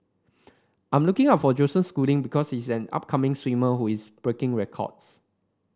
I'm looking out for Joseph Schooling because he is an upcoming swimmer who is breaking records